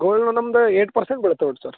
gold loan ನಮ್ಮದು eight percent ಬೀಳ್ತವೆ ತೊಗೊಳ್ರಿ